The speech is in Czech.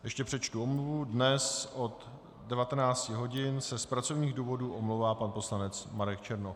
Ještě přečtu omluvu: dnes od 19 hodin se z pracovních důvodů omlouvá pan poslanec Marek Černoch.